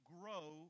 grow